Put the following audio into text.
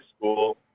School